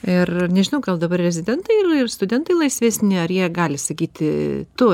ir nežinau gal dabar rezidentai studentai laisvesni ar jie gali sakyti tu